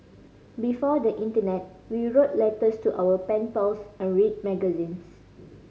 before the internet we wrote letters to our pen pals and read magazines